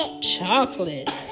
Chocolate